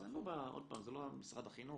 --- עוד פעם, זה לא משרד החינוך.